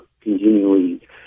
continually